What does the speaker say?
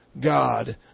God